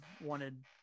wanted